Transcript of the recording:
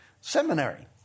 Seminary